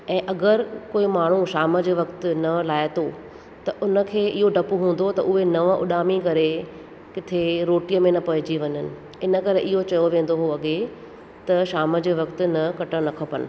ऐं अगरि कोई माण्हू शाम जे वक़्ति नंहं लाहे थो त उनखे इहो डपु हूंदो त इहे नंहं उॾामी करे किथे रोटीअ में न पइजी वञनि इन करे इहो चयो वेंदो हो अॻे त शाम जे वक़्ति नंहं कटणु न खपनि